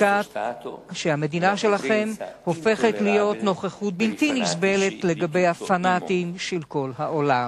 המדינה שלכם היא בחזקת נוכחות בלתי נסבלת לגבי הפנאטים של כל העולם.